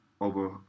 over